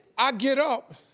i get up